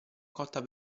cotta